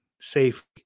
safe